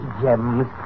gems